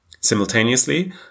Simultaneously